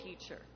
teacher